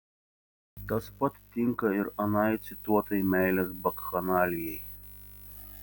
tas pat tinka ir anai cituotai meilės bakchanalijai